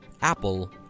Apple